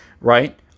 right